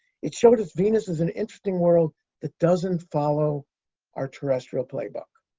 it showed us venus is an interesting world that doesn't follow our terrestrial playbook.